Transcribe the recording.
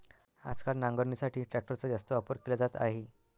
आजकाल नांगरणीसाठी ट्रॅक्टरचा जास्त वापर केला जात आहे